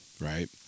Right